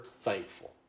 thankful